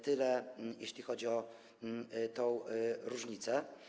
Tyle, jeśli chodzi o tę różnicę.